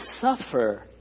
suffer